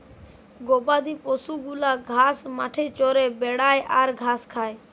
গবাদি পশু গুলা ঘাস মাঠে চরে বেড়ায় আর ঘাস খায়